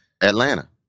Atlanta